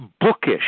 bookish